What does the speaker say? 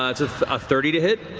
matt it's a thirty to hit.